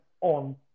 on